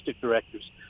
directors